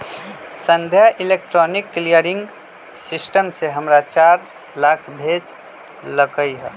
संध्या electronic clearing system से हमरा चार लाख भेज लकई ह